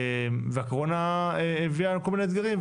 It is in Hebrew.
הקורונה הביאה לנו כל מיני אתגרים,